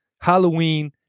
Halloween